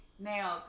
nailed